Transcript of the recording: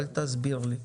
אל תסביר לי.